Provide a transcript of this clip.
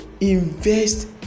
invest